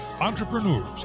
entrepreneurs